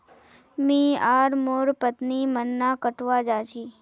मी आर मोर पत्नी गन्ना कटवा जा छी